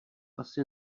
asi